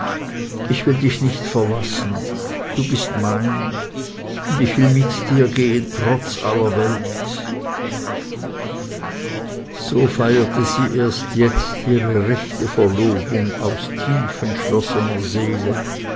ich will dich nicht verlassen du bist mein und ich will mit dir gehen trotz aller welt so feierte sie erst jetzt ihre rechte verlobung aus tief entschlossener seele